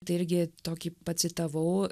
tai irgi tokį pacitavau